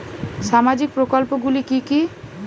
সামাজিক প্রকল্পগুলি কি কি?